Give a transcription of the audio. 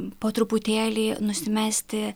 po truputėlį nusimesti